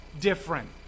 different